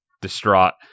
distraught